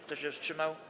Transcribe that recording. Kto się wstrzymał?